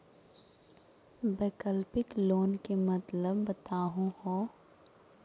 वैकल्पिक लोन के मतलब बताहु हो?